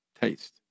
taste